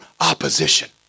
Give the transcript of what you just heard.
opposition